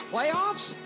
Playoffs